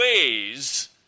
ways